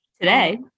Today